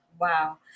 wow